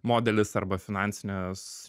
modelis arba finansinės